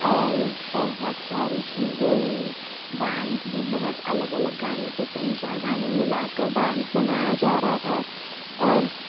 اور بہت ساری چیزیں ہوئیں ڈانس بھی بہت الگ الگ گانوں پہ تین چار گانے ملا کر ڈانس بنایا جا رہا تھا اور